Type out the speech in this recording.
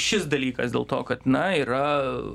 šis dalykas dėl to kad na yra